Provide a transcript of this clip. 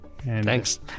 Thanks